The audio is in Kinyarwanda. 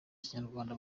kinyarwanda